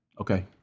okay